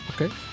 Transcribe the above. Okay